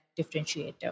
differentiator